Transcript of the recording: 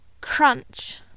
crunch